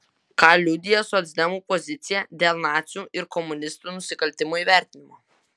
ką liudija socdemų pozicija dėl nacių ir komunistų nusikaltimų įvertinimo